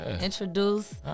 introduce